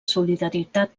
solidaritat